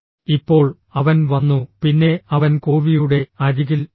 ഇപ്പോൾ അവൻ വന്നു പിന്നെ അവൻ കോവിയുടെ അരികിൽ ഇരുന്നു